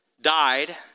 died